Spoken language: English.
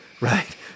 right